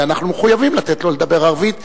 אנחנו מחויבים לתת לו לדבר ערבית,